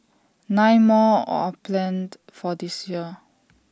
nine more are planned for this year